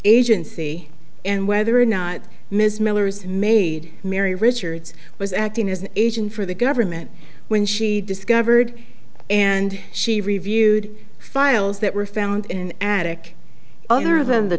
agency and whether or not ms miller's made mary richards was acting as an agent for the government when she discovered and she reviewed files that were found in an attic other than the